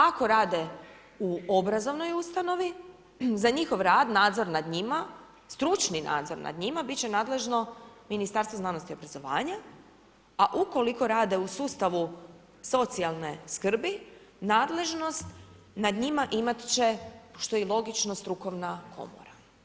Ako rade u obrazovnoj ustanovi, za njihov rad, nadzor nad njima, stručni nadzor nad njima, biti će nadležno Ministarstvu znanosti i obrazovanja, a ukoliko rade u sustavu socijalne skrbi, nadležnost nad njima imat će, što je i logično, strukovna Komora.